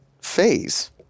phase